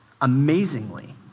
Amazingly